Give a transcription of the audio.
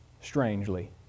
strangely